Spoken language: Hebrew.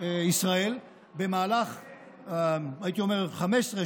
ישראל במהלך 15,